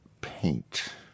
paint